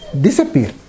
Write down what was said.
disappear